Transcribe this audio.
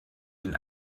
den